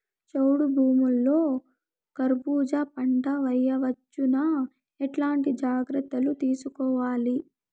చౌడు భూముల్లో కర్బూజ పంట వేయవచ్చు నా? ఎట్లాంటి జాగ్రత్తలు తీసుకోవాలి?